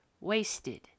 wasted